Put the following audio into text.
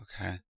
okay